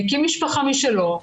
הקים משפחה משלו,